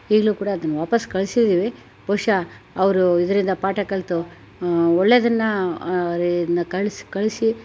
ಈಗಲೂ ಕೂಡ ಅದನ್ನ ವಾಪಸ್ ಕಳ್ಸಿದ್ದೀವಿ ಬಹುಶಃ ಅವರು ಇದರಿಂದ ಪಾಠ ಕಲಿತು ಒಳ್ಳೇದನ್ನ ಕಳ್ಸಿ ಕಳಿಸಿ